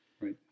right